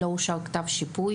לא אושר כתב שיפוי.